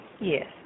Yes